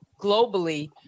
globally